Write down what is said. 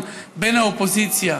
יושב-ראש האופוזיציה,